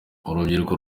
urubyiruko